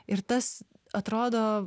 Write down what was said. ir tas atrodo